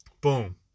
Boom